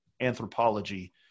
anthropology